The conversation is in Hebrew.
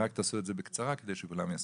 רק תעשו את זה בקצרה כדי שכולם יספיקו.